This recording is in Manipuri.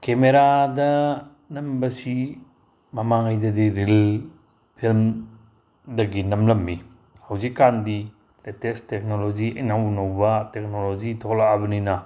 ꯀꯦꯃꯦꯔꯥꯥꯗ ꯅꯝꯕꯁꯤ ꯃꯃꯥꯡꯉꯩꯗꯗꯤ ꯔꯤꯜ ꯐꯤꯂꯝꯗꯒꯤ ꯅꯝꯂꯝꯃꯤ ꯍꯧꯖꯤꯛꯀꯥꯟꯗꯤ ꯂꯦꯇꯦꯁ ꯇꯦꯛꯅꯣꯂꯣꯖꯤ ꯏꯅꯧꯅꯧꯕ ꯇꯦꯛꯅꯣꯂꯣꯖꯤ ꯊꯣꯛꯂꯛꯑꯕꯅꯤꯅ